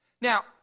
Now